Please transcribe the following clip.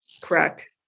Correct